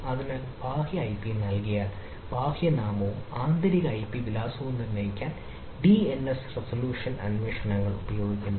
അതിനാൽ ബാഹ്യ ഐപി നൽകിയാൽ ബാഹ്യ നാമവും ആന്തരിക ഐപി വിലാസവും നിർണ്ണയിക്കാൻ ഡിഎൻഎസ് റെസല്യൂഷൻ അന്വേഷണങ്ങൾ ഉപയോഗിക്കുന്നു